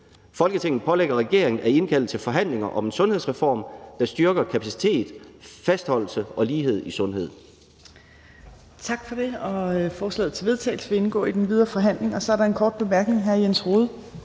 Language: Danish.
Folketinget pålægger regeringen at indkalde til forhandlinger om en sundhedsreform, der styrker kapacitet, fastholdelse og lighed i sundhed.«